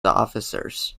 officers